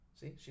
See